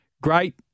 great